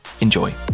Enjoy